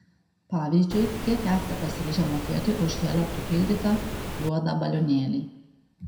pavyzdžiui kiek esate pasiryžę mokėti už helio pripildytą juodą balionėlį